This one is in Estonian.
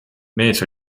mees